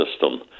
system